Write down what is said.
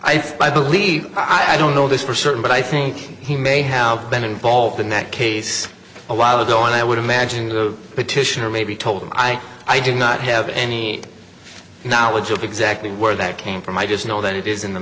on i believe i don't know this for certain but i think he may have been involved in that case a while ago and i would imagine the petitioner maybe told him i i do not have any knowledge of exactly where that came from i just know that it is in the